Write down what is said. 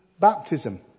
baptism